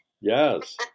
Yes